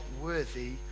worthy